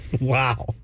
Wow